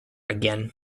again